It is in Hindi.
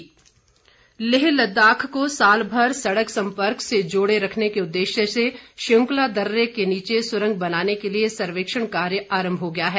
शिंकुला सुरंग लेह लद्दाख को साल भर सड़क सम्पर्क से जोड़े रखने के उद्देश्य से शिंकुला दर्रे के नीचे सुरंग बनाने के लिए सर्वेक्षण कार्य आरम्भ हो गया है